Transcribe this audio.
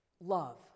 love